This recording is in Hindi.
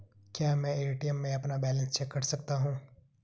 क्या मैं ए.टी.एम में अपना बैलेंस चेक कर सकता हूँ?